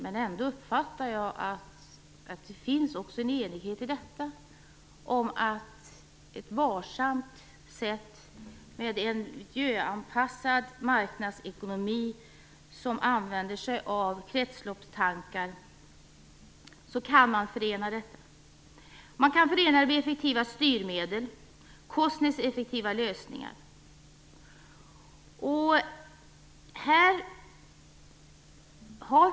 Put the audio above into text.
Men jag uppfattar ändå att det finns en enighet också i detta - enighet om ett varsamt sätt, en miljöanpassad marknadsekonomi där vi använder oss av kretsloppstankar. Då kan man förena detta. Man kan förena det med effektiva styrmedel och kostnadseffektiva lösningar.